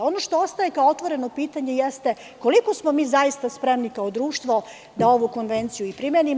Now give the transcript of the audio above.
Ono što ostaje kao otvoreno pitanje jeste koliko smo spremni kao društvo da ovu konvenciju primenimo?